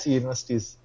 universities